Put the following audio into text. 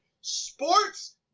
sports